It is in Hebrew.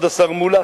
כבוד השר מולה,